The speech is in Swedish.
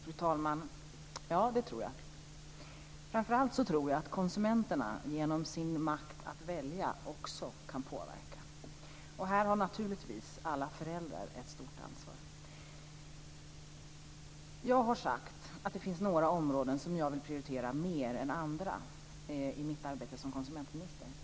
Fru talman! Ja, det tror jag. Jag tror också att konsumenterna genom sin makt att välja kan påverka. Här har naturligtvis alla föräldrar ett stort ansvar. Jag har sagt att det finns några områden som jag vill prioritera mer än andra i mitt arbete som konsumentminister.